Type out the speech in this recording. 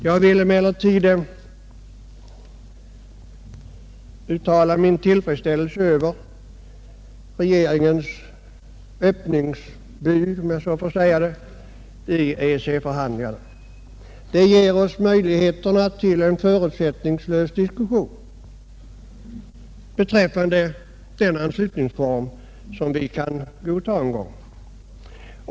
| Jag vill emellertid uttala min tillfredsställelse över regeringens öppningsbud i EEC-förhandlingarna. Det ger oss möjligheter till en förutsättningslös diskussion om den anslutningsform som vi kan godta en gång.